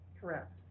Correct